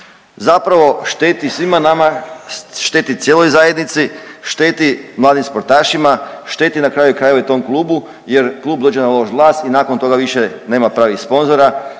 zapravo šteti svima nama, šteti cijeloj zajednici, šteti mladim sportašima, šteti na kraju krajeva i tom klubu jer klub dođe na loš glas i nakon toga više nema pravih sponzora,